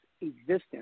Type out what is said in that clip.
existence